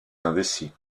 indécis